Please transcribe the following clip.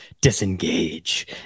Disengage